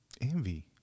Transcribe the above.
Envy